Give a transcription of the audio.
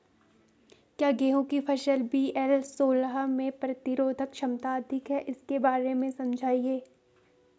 क्या गेहूँ की किस्म वी.एल सोलह में प्रतिरोधक क्षमता अधिक है इसके बारे में समझाइये?